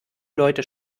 leute